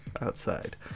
outside